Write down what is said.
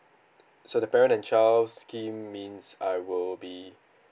so the parent and child scheme means I will be